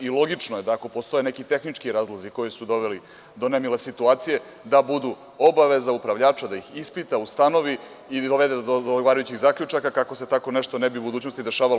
Logično je da ako postoje neki tehnički razlozi koji su doveli do nemile situacije, da budu obaveza upravljača da ih ispita, ustanovi i da dovede do odgovarajućih zaključaka, kako se tako nešto ne bi u budućnosti dešavalo.